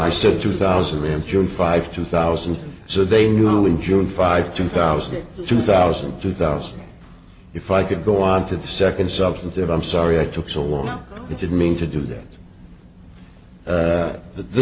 i said two thousand and five two thousand so they knew in june five two thousand two thousand two thousand if i could go on to the second substantive i'm sorry i took so long you didn't mean to do that but the